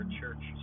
church